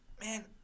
man